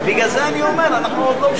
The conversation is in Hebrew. הצעת החוק בעניין